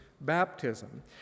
baptism